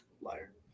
Liar